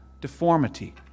deformity